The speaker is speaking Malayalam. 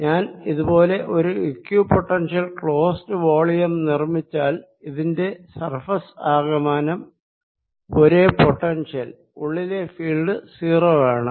ഞാൻ ഇതുപോലെ ഒരു ഇക്വിപൊട്ടൻഷ്യൽ ക്ലോസ്ഡ് വോളിയം നിർമ്മിച്ചാൽ ഇതിന്റെ സർഫേസ് ആകമാനം ഒരേ പൊട്ടൻഷ്യൽ ഉള്ളിലെ ഫീൽഡ് 0 ആണ്